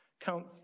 Count